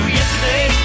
Yesterday